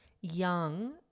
young